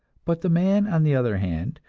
but the man, on the other hand,